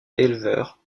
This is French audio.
éleveurs